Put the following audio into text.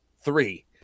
three